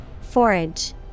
Forage